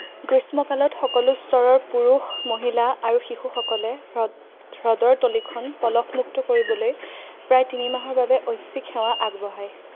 গ্ৰীষ্মকালত সকলো স্তৰৰ পুৰুষ মহিলা আৰু শিশুসকলে হ্ৰদ হ্ৰদৰ তলিখন পলসমুক্ত কৰিবলৈ প্ৰায় তিনিমাহৰ বাবে ঐচ্ছিক সেৱা আগবঢ়ায়